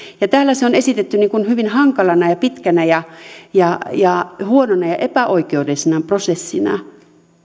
ja täällä se on esitetty hyvin hankalana ja pitkänä ja ja huonona ja epäoikeudenmukaisena prosessina